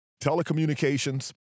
Telecommunications